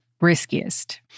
riskiest